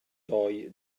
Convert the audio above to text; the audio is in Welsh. doe